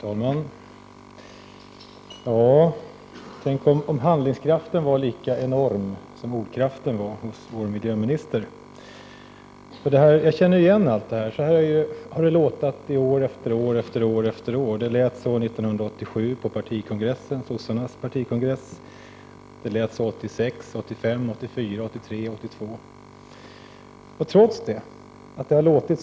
Herr talman! Tänk om handlingskraften var lika enorm som ordkraften hos vår miljöminister! Jag känner igen allt det här. Så har det låtit år efter år efter år. Det lät så 1987 på sossarnas partikongress, och det lät så 1986, 1985, 1984, 1983 och 1982.